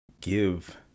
give